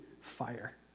fire